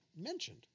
mentioned